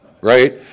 right